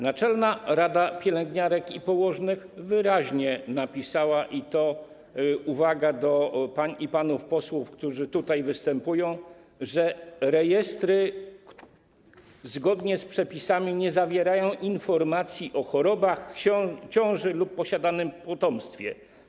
Naczelna Izba Pielęgniarek i Położnych wyraźnie napisała, i to jest uwaga do pań i panów posłów, którzy tutaj występują, że rejestry zgodnie z przepisami nie zawierają informacji o chorobach, ciąży lub posiadanym potomstwie.